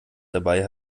dabei